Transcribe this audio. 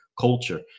culture